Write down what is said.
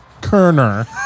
Kerner